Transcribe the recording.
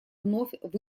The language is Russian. вновь